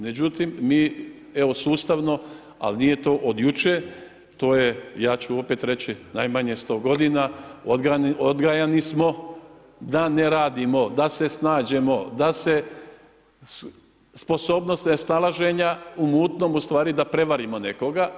Međutim, mi evo sustavno, ali nije to od jučer, to je, ja ću opet reći, najmanje 100 g. odgajani smo da ne radimo, da se snađemo, da se, sposobnost nesnalaženja u mutnom, ustvari da prevarimo nekoga.